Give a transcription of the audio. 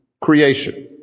creation